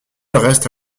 reste